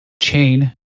chain